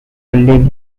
live